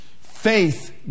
faith